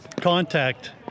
contact